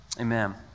amen